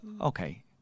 okay